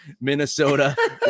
minnesota